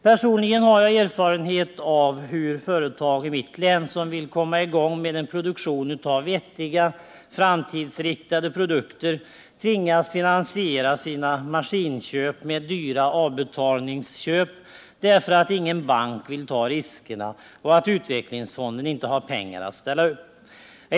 Personligen har jag erfarenheter från mitt län av hur företag, som vill komma i gång med produktion av vettiga, framtidsinriktade produkter, tvingas att finansiera sina maskinköp med dyra avbetalningsköp, därför att ingen bank vill ta riskerna och därför att utvecklingsfonden inte har pengar att ställa upp med.